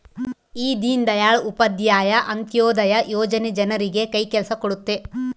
ಈ ದೀನ್ ದಯಾಳ್ ಉಪಾಧ್ಯಾಯ ಅಂತ್ಯೋದಯ ಯೋಜನೆ ಜನರಿಗೆ ಕೈ ಕೆಲ್ಸ ಕೊಡುತ್ತೆ